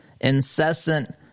incessant